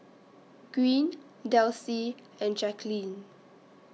Green Delcie and Jaquelin